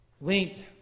linked